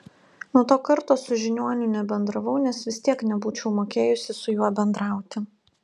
nuo to karto su žiniuoniu nebendravau nes vis tiek nebūčiau mokėjusi su juo bendrauti